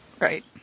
right